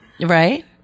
Right